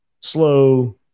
slow